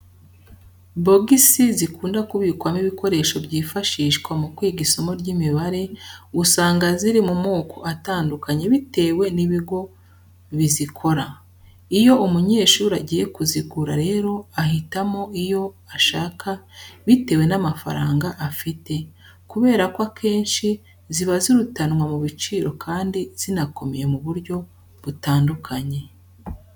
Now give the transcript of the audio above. Bogisi zikunda kubikwamo ibikoresho byifashishwa mu kwiga isomo ry'imibare, usanga ziri mu moko atandukanye bitewe n'ibigo bizikora. Iyo umunyeshuri agiye kuzigura rero ahitamo iyo ashaka bitewe n'amafaranga afite kubera ko akenshi ziba zirutanwa mu biciro kandi zinakomeye mu buryo butandukanye.